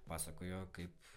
pasakojo kaip